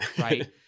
right